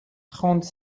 trente